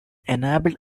ennobled